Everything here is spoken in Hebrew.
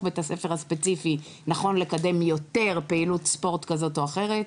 בית הספר הספציפי נכון לקדם יותר פעילות ספורט כזו או אחרת,